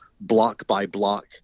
block-by-block